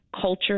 culture